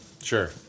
Sure